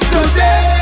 Today